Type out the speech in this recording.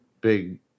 big